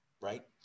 right